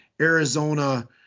Arizona